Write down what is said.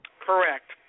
correct